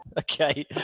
Okay